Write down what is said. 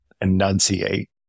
enunciate